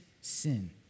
sin